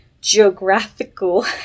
geographical